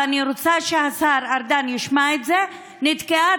ואני רוצה שהשר ארדן ישמע את זה: היא נתקעה